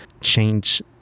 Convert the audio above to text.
change